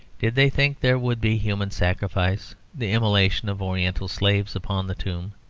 did they think there would be human sacrifice the immolation of oriental slaves upon the tomb?